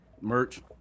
Merch